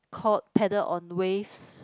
called paddle on waves